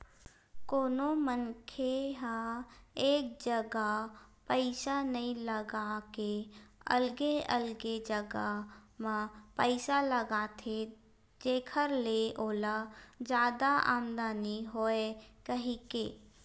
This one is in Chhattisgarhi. कोनो मनखे ह एक जगा पइसा नइ लगा के अलगे अलगे जगा म पइसा लगाथे जेखर ले ओला जादा आमदानी होवय कहिके